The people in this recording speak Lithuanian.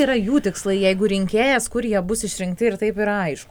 yra jų tikslai jeigu rinkėjas kur jie bus išrinkti ir taip yra aišku